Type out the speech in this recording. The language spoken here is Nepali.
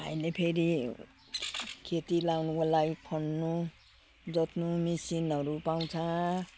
अहिले फेरि खेती लगाउनुको लागि खन्नु जोत्नु मसिनहरू पाउँछ